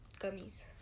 gummies